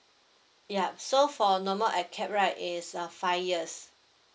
ya so for normal eh cap right is uh five years